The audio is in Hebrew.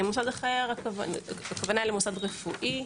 הכוונה היא למוסד רפואי.